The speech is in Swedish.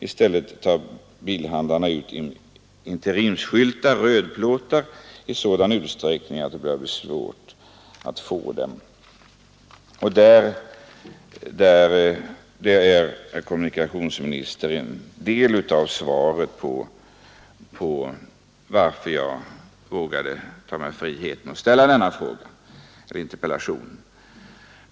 I stället tar bilhandlarna ut interimsskyltar i sådan utsträckning att det börjar bli svårt att få dem.” Detta, herr kommunikationsminister, är en del av förklaringen till att jag tog mig friheten att framställa denna interpellation.